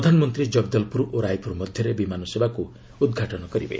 ପ୍ରଧାନମନ୍ତ୍ରୀ ଜଗଦଲପୁର ଓ ରାୟପୁର ମଧ୍ୟରେ ବିମାନସେବାର ଉଦ୍ଘାଟନ କରିବେ